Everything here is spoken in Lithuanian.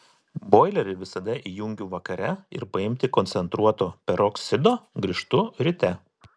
boilerį visada įjungiu vakare ir paimti koncentruoto peroksido grįžtu ryte